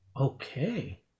Okay